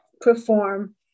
perform